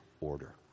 order